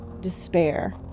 despair